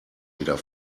wieder